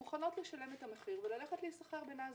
הן מוכנות לשלם את המחיר וללכת להיסחר בנאסד"ק.